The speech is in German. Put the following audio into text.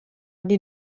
die